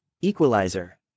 Equalizer